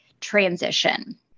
transition